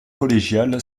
collégiale